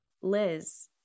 liz